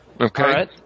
Okay